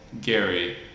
Gary